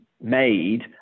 made